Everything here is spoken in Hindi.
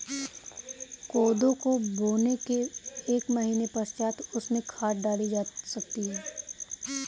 कोदो को बोने के एक महीने पश्चात उसमें खाद डाली जा सकती है